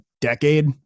decade